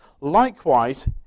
Likewise